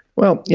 well, yeah